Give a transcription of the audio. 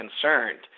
concerned